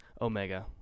omega